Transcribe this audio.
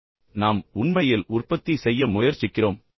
ஏனென்றால் நாம் உண்மையில் உற்பத்தி செய்ய முயற்சிக்கிறோம்